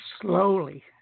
slowly